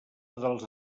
dels